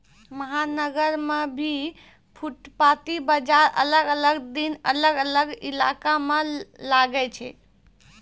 महानगर मॅ भी फुटपाती बाजार अलग अलग दिन अलग अलग इलाका मॅ लागै छै